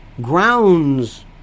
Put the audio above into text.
grounds